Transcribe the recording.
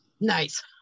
Nice